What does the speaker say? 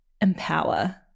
empower